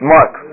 Mark